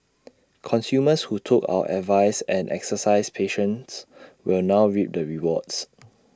consumers who took our advice and exercised patience will now reap the rewards